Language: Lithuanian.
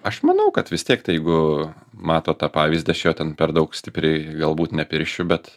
aš manau kad vis tiek tai jeigu mato tą pavyzdį aš jo ten per daug stipriai galbūt nepiršiu bet